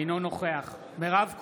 אינו נוכח מירב כהן,